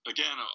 Again